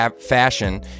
fashion